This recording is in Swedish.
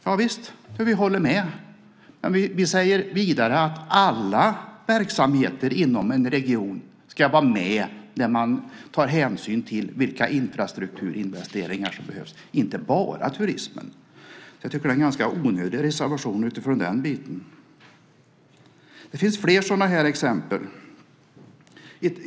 Javisst, vi håller med och säger också att alla verksamheter inom en region ska vara med när hänsyn tas till vilka infrastrukturinvesteringar som behövs. Det gäller alltså inte bara turismen. Jag tycker att reservationen är ganska onödig utifrån detta. Det finns fler sådana här exempel.